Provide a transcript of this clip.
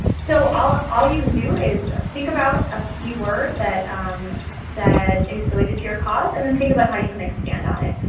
so all all you can do is think about a keyword that that is related to your cause, and then think about how you can expand on it.